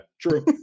True